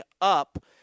up